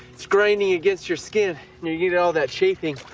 it's grinding against your skin. and you get all that chafing.